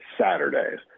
Saturdays